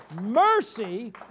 mercy